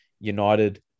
United